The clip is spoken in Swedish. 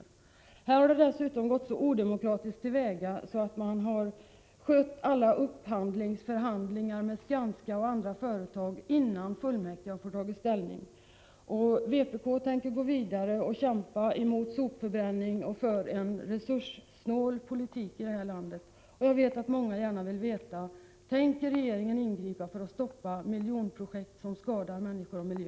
I det nu aktuella fallet har man dessutom gått så odemokratiskt till väga att alla upphandlingsförhandlingar med Skanska och andra företag har förts innan fullmäktige har tagit ställning. Vpk tänker gå vidare och kämpa mot sopförbränning och för en resurssnål politik i det här landet. Jag vet att många gärna vill ha ett svar på följande fråga: Tänker regeringen ingripa för att stoppa miljonprojekt som skadar människor och miljö?